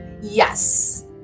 Yes